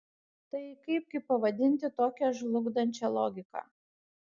tai kaipgi pavadinti tokią žlugdančią logiką